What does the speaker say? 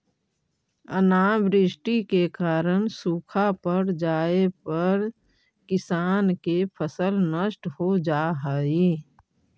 अनावृष्टि के कारण सूखा पड़ जाए पर किसान के फसल नष्ट हो जा हइ